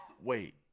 Wait